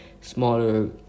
smaller